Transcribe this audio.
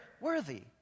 worthy